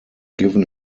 given